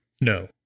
No